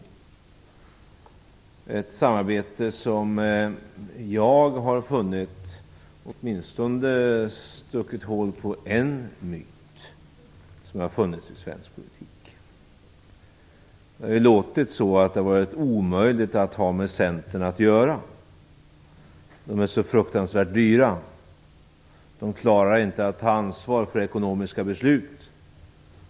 Detta samarbete, har jag funnit, har stuckit hål på åtminstone en myt, som har funnits i svensk politik. Det har ju låtit så, att det har varit omöjligt att ha med Centern att göra. De är så fruktansvärt dyra. De klarar inte att ta ansvar för ekonomiska beslut.